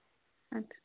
अच्छा